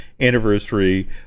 anniversary